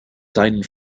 seinen